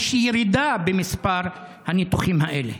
יש ירידה במספר הניתוחים האלה.